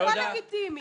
הכול לגיטימי.